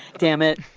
damn it